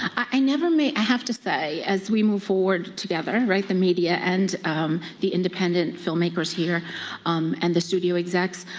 i never made i have to say, as we move forward together, and right? the media and the independent filmmakers here and the studio execs,